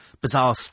bizarre